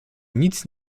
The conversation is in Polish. nic